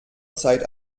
zeit